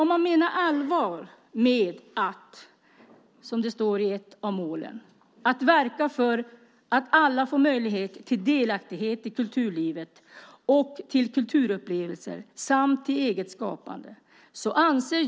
Menar man allvar med att man, som det står i ett av målen, vill verka för att alla ska få möjlighet till delaktighet i kulturlivet och till kulturupplevelser samt till eget skapande?